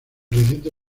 reciente